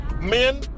men